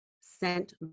sent